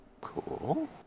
Cool